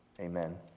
Amen